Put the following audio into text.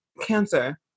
cancer